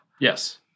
Yes